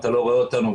אתה לא רואה אותנו,